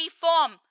form